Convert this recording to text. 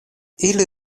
ili